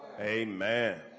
Amen